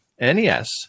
NES